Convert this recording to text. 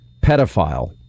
pedophile